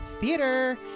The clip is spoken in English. Theater